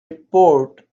report